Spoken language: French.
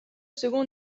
second